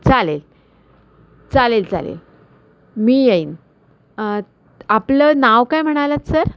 चालेल चालेल चालेल मी येईन आपलं नाव काय म्हणालात सर